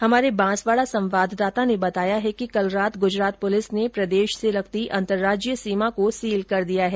हमारे बांसवाडा संवाददाता ने बताया कि कल रात गुजरात पुलिस ने प्रदेश से लगती अंतर्राज्यीय सीमा को सील कर दिया है